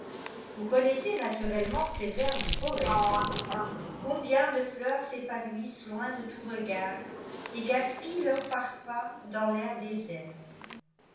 vous connaissez naturellement ces vers du poète combien de fleurs s'épanouissent loin de tout regard et gaspillent leur parfum dans l'air désert